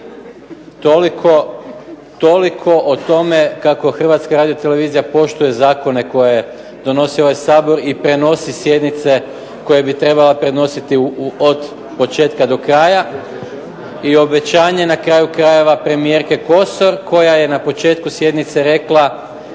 Toliko o tome kako Hrvatska radiotelevizija poštuje zakone koje donosi ovaj Sabor i prenosi sjednice koje bi trebala prenositi od početka do kraja i obećanje je na kraju krajeva premijerke Kosor koja je na početku sjednice rekla